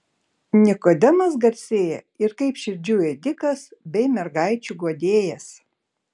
nikodemas garsėja ir kaip širdžių ėdikas bei mergaičių guodėjas